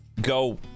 go